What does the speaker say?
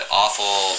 awful